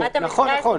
נכון,